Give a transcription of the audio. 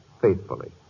faithfully